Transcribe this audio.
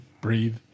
breathe